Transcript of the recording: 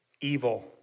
evil